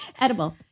edible